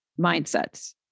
mindsets